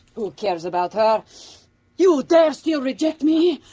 who cares about her you dare still reject me?